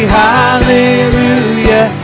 hallelujah